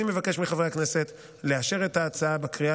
אני מבקש מחברי הכנסת לאשר את ההצעה בקריאה